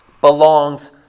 belongs